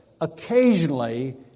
Occasionally